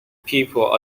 people